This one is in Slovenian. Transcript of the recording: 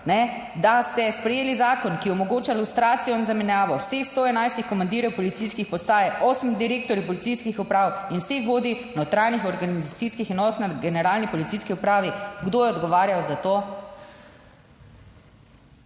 da ste sprejeli zakon, ki omogoča lustracijo in zamenjavo vseh 111 komandirjev policijskih postaj, osmih direktorjev policijskih uprav in vseh vodij notranjih organizacijskih enot na generalni policijski upravi. Kdo je odgovarjal za to?